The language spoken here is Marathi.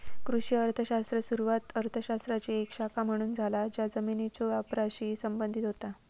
कृषी अर्थ शास्त्राची सुरुवात अर्थ शास्त्राची एक शाखा म्हणून झाला ज्या जमिनीच्यो वापराशी संबंधित होता